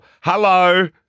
Hello